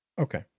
Okay